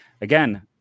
again